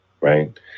right